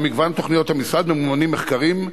במגוון תוכניות המשרד ממומנים מחקרים,